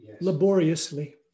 laboriously